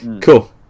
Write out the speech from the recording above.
Cool